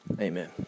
Amen